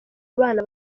abana